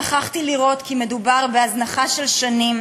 נוכחתי לראות כי מדובר בהזנחה של שנים,